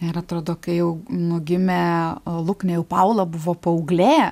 ir atrodo kai jau nu gimė luknė jau paula buvo paauglė